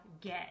get